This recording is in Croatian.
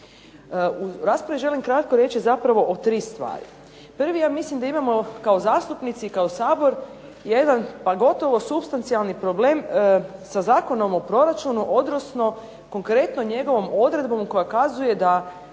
U raspravi želim kratko reći zapravo o tri stvari. Prvo ja mislim da imamo kao zastupnici i kao Sabor jedan gotovo supstencijalni problem sa Zakonom o proračunu odnosno konkretno njegovom odredbom koja kazuje da